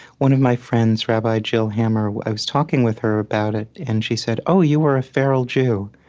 one of my friends, rabbi jill hammer, i was talking with her about it, and she said, oh, you were a feral jew.